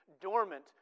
dormant